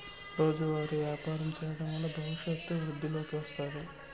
రోజువారీ వ్యాపారం చేయడం వల్ల భవిష్యత్తు వృద్ధిలోకి వస్తాది